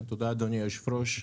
תודה, אדוני היושב-ראש,